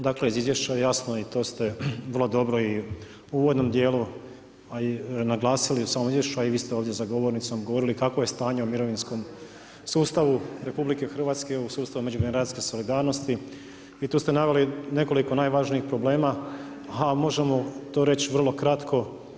Dakle iz izvješća je jasno i to ste vrlo dobro i u uvodnom dijelu naglasili u samom izvješću, a i vi ste ovdje za govornicom govorili kakvo je stanje u mirovinskom sustavu Republike Hrvatske, u sustavu međugeneracijske solidarnosti i tu ste naveli nekoliko najvažnijih problema, a možemo to reći vrlo kratko.